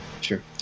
sure